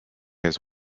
his